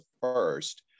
first